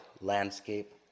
landscape